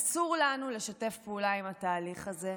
אסור לנו לשתף פעולה עם התהליך הזה,